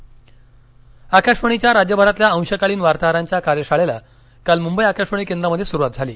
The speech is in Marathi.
आकाशवाणी कार्यशाळा आकाशवाणीच्या राज्यभरातल्या अंशकालीन वार्ताहरांच्या कार्यशाळेला काल मुंबई आकाशवाणी केंद्रामध्ये सुरुवात झाली